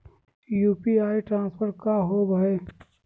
UPI transfer का होव हई?